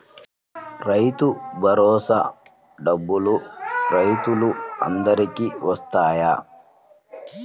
రైతు భరోసా డబ్బులు రైతులు అందరికి వస్తాయా?